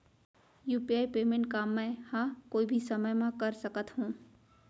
UPI payment का मैं ह कोई भी समय म कर सकत हो?